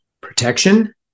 protection